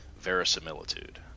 verisimilitude